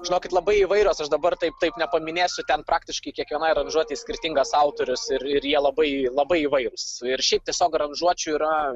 žinokit labai įvairios aš dabar taip taip nepaminėsiu ten praktiškai kiekvienai aranžuotei skirtingas autorius ir ir jie labai labai įvairūs ir šiaip tiesiog aranžuočių yra